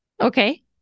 Okay